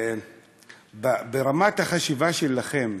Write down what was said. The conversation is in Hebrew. ברמת החשיבה שלכם,